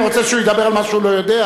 אתה רוצה שהוא ידבר על מה שהוא לא יודע?